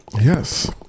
Yes